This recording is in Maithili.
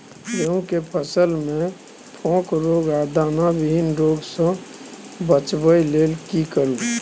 गेहूं के फसल मे फोक रोग आ दाना विहीन रोग सॅ बचबय लेल की करू?